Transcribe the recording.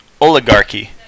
oligarchy